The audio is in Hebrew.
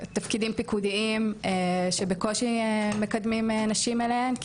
ותפקידים פיקודיים שבקושי מקדמים נשים אליהם,